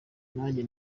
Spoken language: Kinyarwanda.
nanjye